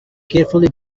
carefully